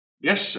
Yes